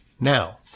now